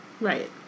Right